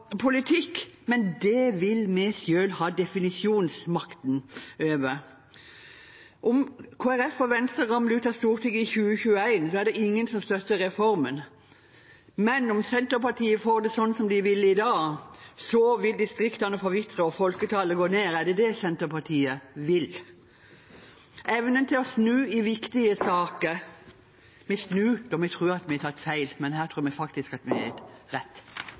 Venstre ramler ut av Stortinget i 2021, er det ingen som støtter reformen. Men om Senterpartiet får det sånn som de vil i dag, vil distriktene forvitre og folketallet gå ned. Er det det Senterpartiet vil? Evnen til å snu i saker er viktig, men vi snur når vi tror at vi har tatt feil. Her tror vi faktisk at vi har rett.